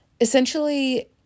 essentially